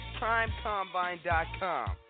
PrimeCombine.com